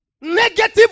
Negative